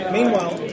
Meanwhile